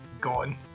Gone